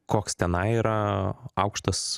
koks tenai yra aukštas